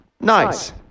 Nice